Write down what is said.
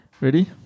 Ready